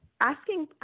asking